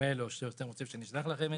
נשלח לכם את זה.